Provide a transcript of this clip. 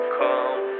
come